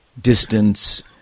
distance